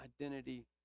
identity